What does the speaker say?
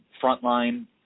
frontline